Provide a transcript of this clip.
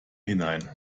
hinein